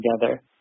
together